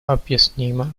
объяснима